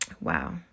Wow